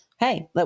Hey